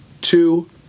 Two